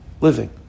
living